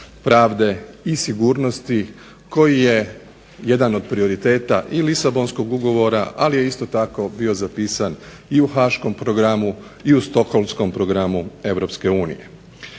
pravde i sigurnosti koji je jedan od prioriteta i Lisabonskog ugovora, ali je isto tako bio zapisan i u haškom programu i u stoholskom programu EU.